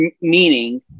meaning